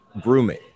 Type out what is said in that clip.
grooming